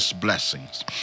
blessings